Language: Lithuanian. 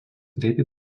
greitai